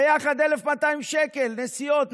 ביחד זה 1,200 שקל לנסיעות.